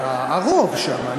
הרוב שם.